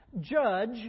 judge